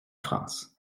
france